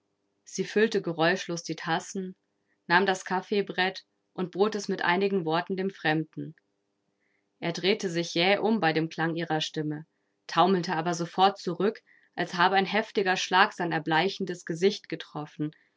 sie füllte geräuschlos die tassen nahm das kaffeebrett und bot es mit einigen worten dem fremden er drehte sich jäh um bei dem klange ihrer stimme taumelte aber sofort zurück als habe ein heftiger schlag sein erbleichendes gesicht getroffen